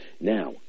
now